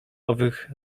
owych